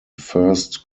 first